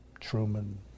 Truman